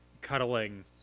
cuddling